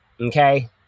okay